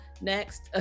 Next